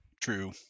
true